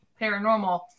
Paranormal